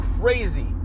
crazy